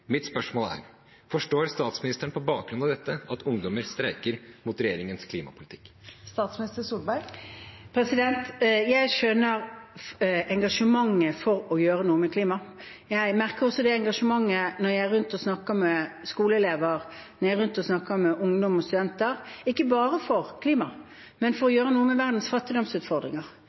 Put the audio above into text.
Mitt spørsmål er: Forstår statsministeren, på bakgrunn av dette, at ungdommer streiker mot regjeringens klimapolitikk? Jeg skjønner engasjementet for å gjøre noe med klimaet. Jeg merker også det engasjementet når jeg drar rundt og snakker med skoleelever, når jeg drar rundt og snakker med ungdom og studenter – ikke bare for klimaet, men for å gjøre noe med verdens fattigdomsutfordringer,